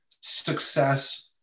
success